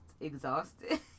exhausted